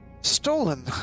stolen